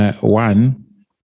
One